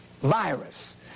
virus